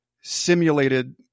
simulated